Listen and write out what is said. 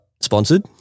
sponsored